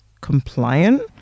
compliant